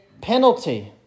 penalty